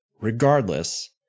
Regardless